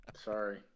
Sorry